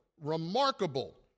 remarkable